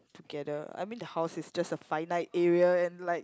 together I mean the house is just a finite area and like